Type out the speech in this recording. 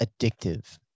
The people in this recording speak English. addictive